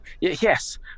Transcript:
Yes